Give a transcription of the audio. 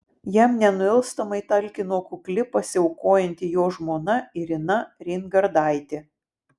jam nenuilstamai talkino kukli pasiaukojanti jo žmona irina reingardaitė